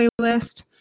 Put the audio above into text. playlist